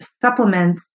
supplements